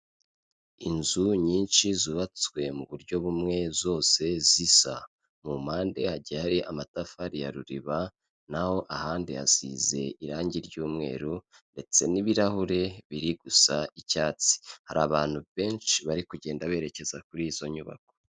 Inzu nyinshi zubatswe mu buryo bumwe zose zisa, mu mpande hagiye hari amatafari ya ruliba, naho ahandi yasize irangi ry'umweru ndetse n'ibirahure biri gusa icyatsi, hari abantu benshi bari kugenda berekeza kuri izo nyubako.